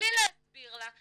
בלי להסביר לה,